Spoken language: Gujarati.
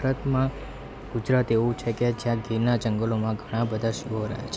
ભારતમાં ગુજરાત એવું છે કે જયાં ગિરનાર જંગલોમાં ઘણાં બધાં સિંહો રહે છે